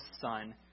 Son